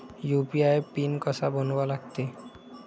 UPI pin कसा बनवा लागते?